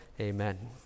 amen